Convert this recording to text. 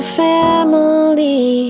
family